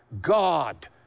God